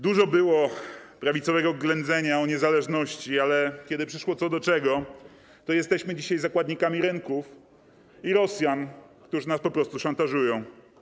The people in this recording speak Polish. Dużo było prawicowego ględzenia o niezależności, ale kiedy przyszło co do czego, to jesteśmy dzisiaj zakładnikami rynków i Rosjan, którzy nas po prostu szantażują.